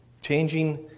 Changing